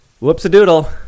Whoops-a-doodle